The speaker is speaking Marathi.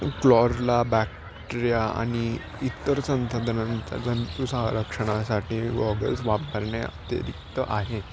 क्लॉरला बॅक्टेरिया आणि इतर संतधनंत जंतू संरक्षणासाठी गॉगल्स वापरणे अतिरिक्त आहे